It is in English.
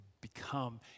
become